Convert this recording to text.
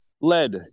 Lead